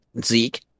Zeke